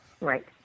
Right